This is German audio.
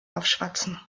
aufschwatzen